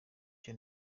cya